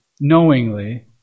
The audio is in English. knowingly